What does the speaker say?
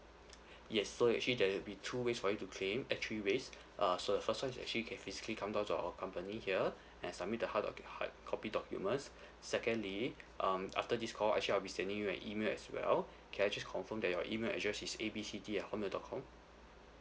yes so actually there will be two ways for you to claim eh three ways uh so the first one is actually can physically come down to our company here and submit the hard docu~ hardcopy documents secondly um after this call actually I will be sending you an email as well can I just confirm that your email address is A B C D at hotmail dot com